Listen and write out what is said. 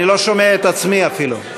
אני לא שומע את עצמי אפילו.